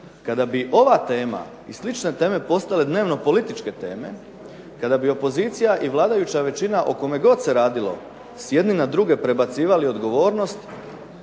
Kada bi ova tema i slične teme postale dnevno političke teme, kada bi opozicija i vladajuća većina, o kome god se radilo, s jedni na druge prebacivali odgovornost